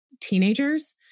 teenagers